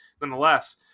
nonetheless